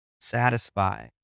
satisfy